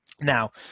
Now